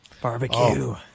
Barbecue